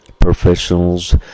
professionals